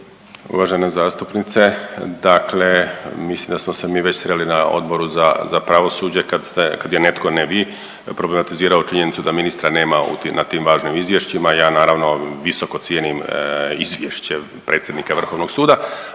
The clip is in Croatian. Uvažena zastupnice, dakle mislim da smo se mi već sreli na Odboru za, za pravosuđe kad ste, kad je netko ne vi, problematizirao činjenicu da ministra nema na tim važnim izvješćima. Ja naravno visoko cijenim izvješće predsjednika vrhovnog suda,